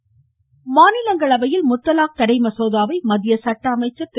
முத்தலாக் மாநிலங்களவை மாநிலங்களவையில் முத்தலாக் தடை மசோதாவை மத்திய சட்ட அமைச்சர் திரு